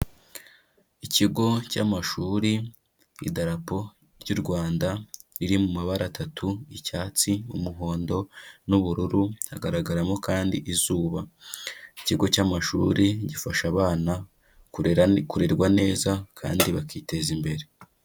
Ikigo cy'amashuri, idarapo ry'u Rwanda riri mu mabara atatu: icyatsi, umuhondo n'ubururu, hagaragaramo kandi izuba. Ikigo cy'amashuri gifasha abana kurerwa neza, kandi bakiteza imbere.